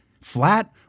Flat